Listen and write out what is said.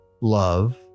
love